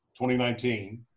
2019